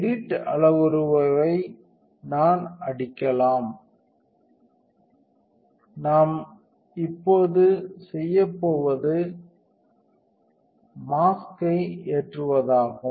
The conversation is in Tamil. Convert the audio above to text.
எடிட் அளவுருவை நாம் அடிக்கலாம் நாம் இப்போது செய்யப் போவது மாஸ்க்யை ஏற்றுவதாகும்